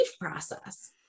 process